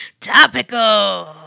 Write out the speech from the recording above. Topical